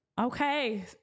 Okay